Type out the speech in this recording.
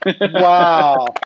Wow